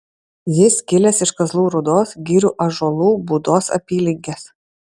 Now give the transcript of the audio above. jis kilęs iš kazlų rūdos girių ąžuolų būdos apylinkės